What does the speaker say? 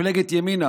מפלגת ימינה